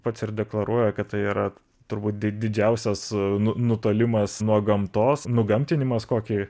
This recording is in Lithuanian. pats ir deklaruoja kad tai yra turbūt di didžiausias nu nutolimas nuo gamtos nugamtinimas kokį